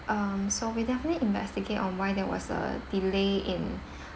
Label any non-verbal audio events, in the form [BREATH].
um so we'll definitely investigate on why there was a delay in [BREATH]